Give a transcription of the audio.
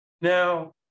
Now